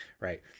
right